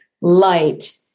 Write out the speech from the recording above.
light